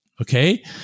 Okay